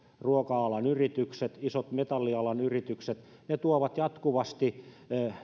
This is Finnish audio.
ruoka alan yritykset isot metallialan yritykset tuovat jatkuvasti